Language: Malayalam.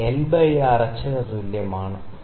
ഇത് L ബൈ R h ന് തുല്യമാണ്